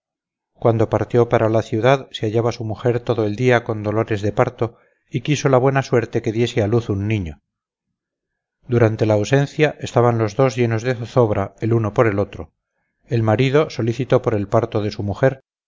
cuando partió para la ciudad se hallaba su mujer todo el día con dolores da parto y quiso la buena suerte que diese a luz un niño durante la ausencia estaban los dos llenos de zozobra el uno por el otro el marido solícito por el parto de su mujer